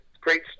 great